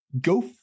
go